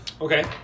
Okay